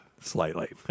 Slightly